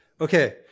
okay